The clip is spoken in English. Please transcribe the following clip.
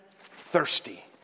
thirsty